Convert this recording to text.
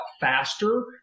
faster